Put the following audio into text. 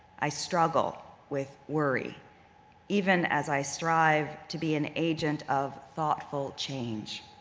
i struggle with worry even as i strive to be an agent of thoughtful change.